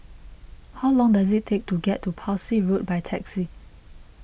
how long does it take to get to Parsi Road by taxi